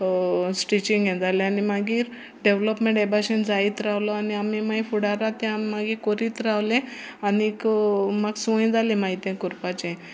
stitching हें जालें आनी मागीर डेवलोपमेंट हे भाशेन जायत रावलो आनी आमी मागीर फुडारांत ते आम मागीर करीत रावलें आनीक म्हाक सवंय जालें मागीर तें करपाचें